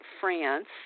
France